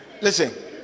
Listen